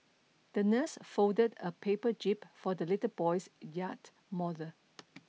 the nurse folded a paper jib for the little boy's yacht model